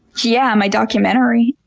yeah, my documentary.